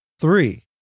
three